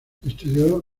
estudió